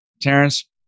Terrence